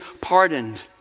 pardoned